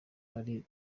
ari